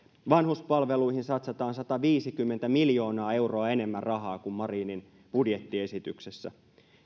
vanhuspalveluihin satsataan sataviisikymmentä miljoonaa euroa enemmän rahaa kuin marinin budjettiesityksessä